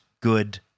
good